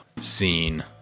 scene